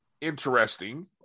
interesting